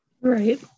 Right